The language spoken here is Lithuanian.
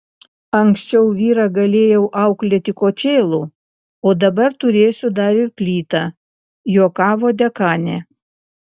anksčiau vyrą galėjau auklėti kočėlu o dabar turėsiu dar ir plytą juokavo dekanė